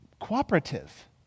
cooperative